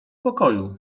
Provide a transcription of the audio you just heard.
pokoju